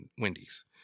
Wendy's